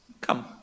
come